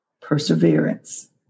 perseverance